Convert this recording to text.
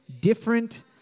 different